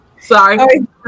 sorry